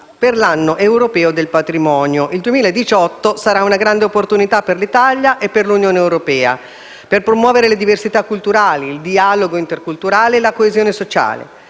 per l'anno europeo del patrimonio. Il 2018 sarà una grande opportunità per l'Italia e per l'Unione europea per promuovere le diversità culturali, il dialogo interculturale e la coesione sociale;